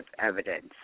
evidence